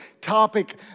topic